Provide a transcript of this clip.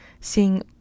seeing